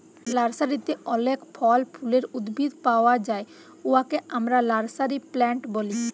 লার্সারিতে অলেক ফল ফুলের উদ্ভিদ পাউয়া যায় উয়াকে আমরা লার্সারি প্লান্ট ব্যলি